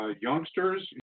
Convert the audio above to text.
youngsters